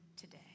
today